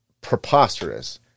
preposterous